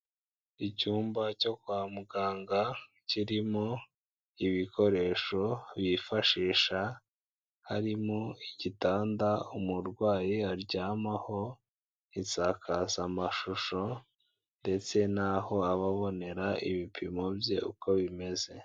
Icyumba cyo kwa muganga kirimo ibikoresho bifashisha, harimo igitanda umurwayi aryamaho, isakazamashusho ndetse n'aho ababonera ibipimo bye uko bimeze.